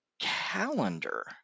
calendar